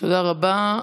תודה רבה.